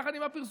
יחד עם הפרסום,